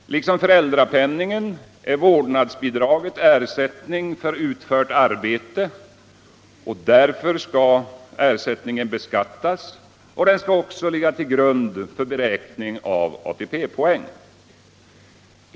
Liksom föräldrapenningen är vårdnadsbidraget ersättning för utfört arbete, och därför skall ersättningen beskattas och även ligga till grund för beräkning av ATP-poäng.